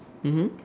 mmhmm